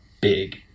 big